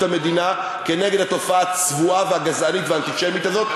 המדינה כנגד התופעה הצבועה והגזענית והאנטישמית הזאת,